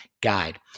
guide